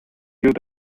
have